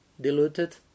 diluted